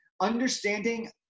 understanding